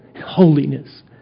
holiness